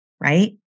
right